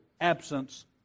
absence